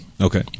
Okay